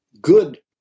good